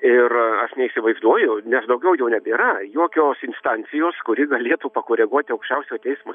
ir aš neįsivaizduoju nes daugiau jau nebėra jokios instancijos kuri galėtų pakoreguoti aukščiausio teismo